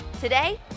today